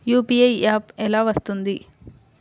UPI app ఎలా వస్తుంది?